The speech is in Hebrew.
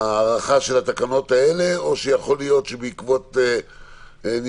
ההארכה של התקנות האלה או שיכול להיות שבעקבות ניסוי